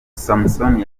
samusoni